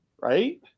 right